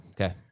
Okay